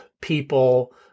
people